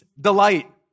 delight